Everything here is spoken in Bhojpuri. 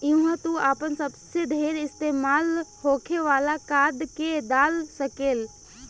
इहवा तू आपन सबसे ढेर इस्तेमाल होखे वाला कार्ड के डाल सकेल